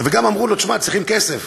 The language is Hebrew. וגם אמרו לו: שמע, צריכים כסף.